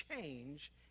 change